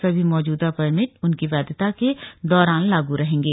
सभी मौजूदा परमिट उनकी वैधता के दौरान लागू रहेंगे